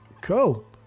cool